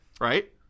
Right